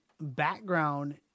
background